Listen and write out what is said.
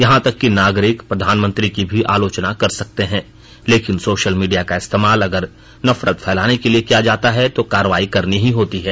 यहां तक कि नागरिक प्रधानमंत्री की भी आलोचना कर सकते हैं लेकिन सोशल मीडिया का इस्तेमाल अगर नफरत फैलाने के लिए किया जाता है तो कार्रवाई करनी ही होती है